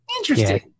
Interesting